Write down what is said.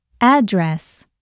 Address